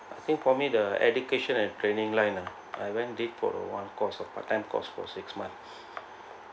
I think for me the education and training line ah I went did for a while course or part time course for six months